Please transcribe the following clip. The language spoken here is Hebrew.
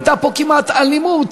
הייתה פה כמעט אלימות,